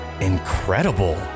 incredible